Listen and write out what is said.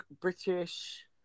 British